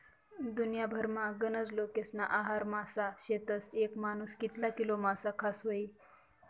दुन्याभरमा गनज लोकेस्ना आहार मासा शेतस, येक मानूस कितला किलो मासा खास व्हयी?